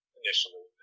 initially